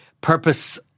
purpose